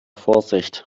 vorsicht